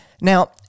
Now